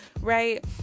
right